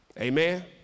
Amen